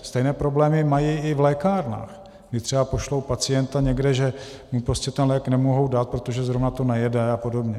Stejné problémy mají i v lékárnách, kdy třeba pošlou pacienta někde, že prostě ten lék nemohou dát, protože zrovna to nejede a podobně.